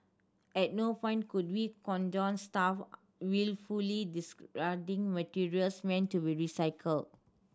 at no point could we condone staff wilfully discarding materials meant to be recycle